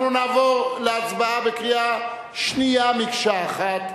אנחנו נעבור להצבעה בקריאה שנייה, מקשה אחת.